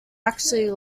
actually